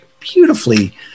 beautifully